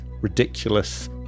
ridiculous